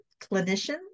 clinician